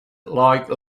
like